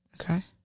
Okay